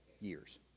years